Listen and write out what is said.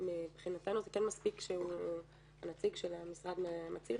מבחינתנו מספיק שהנציג של המשרד מצהיר